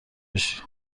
بشی